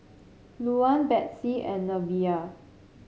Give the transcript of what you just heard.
Luann Betsey and Neveah